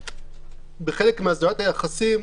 בחלק מהסדרת היחסים,